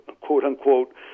quote-unquote